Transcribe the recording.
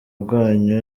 bwanyu